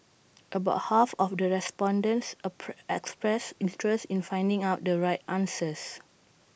about half of the respondents expressed interest in finding out the right answers